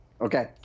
Okay